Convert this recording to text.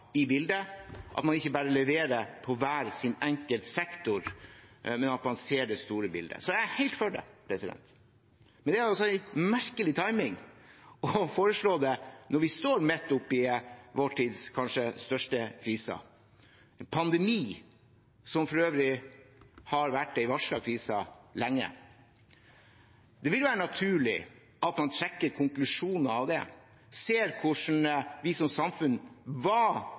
i bildet, at man ikke bare leverer på hver enkelt sektor, men at man ser det store bildet. Jeg er helt for det. Men det er en merkelig timing å foreslå det når vi står midt oppe i vår tids kanskje største krise, en pandemi, som for øvrig har vært en varslet krise lenge. Det vil være naturlig at man trekker konklusjoner av det og ser hvordan vi som samfunn var